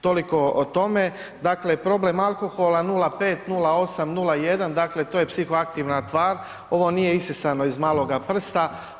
Toliko o tome, dakle problem alkohola 0,5, 0,8, 0,1, dakle to je psihoaktivna tvar, ovo nije isisano iz maloga prsta.